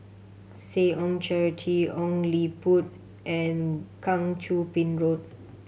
Seh Ong Charity Ong Liput and Kang Choo Bin Road